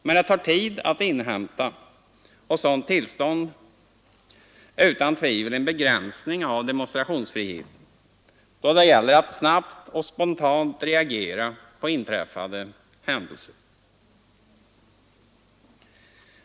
Men den tid det tar att inhämta ett sådant tillstånd är utan tvivel en begränsning i demonstrationsfriheten då det gäller att snabbt och spontant reagera på inträffade händelser.